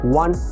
one